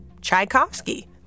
Tchaikovsky